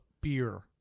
beer